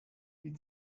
die